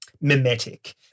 mimetic